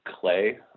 clay